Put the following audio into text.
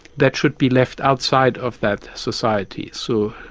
that should be left outside of that society. so,